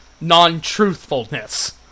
non-truthfulness